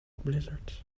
blizzard